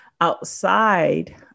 outside